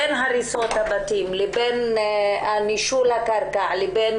בין הריסות הבתים ובין נישול הקרקע ובין